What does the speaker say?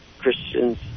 christians